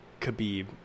Khabib